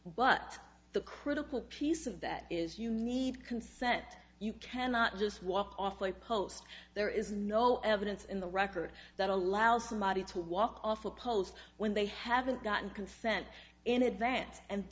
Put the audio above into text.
but the critical piece of that is you need consent you cannot just walk off a post there is no evidence in the record that allows somebody to walk off a post when they haven't gotten consent in advance and